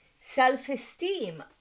self-esteem